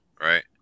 right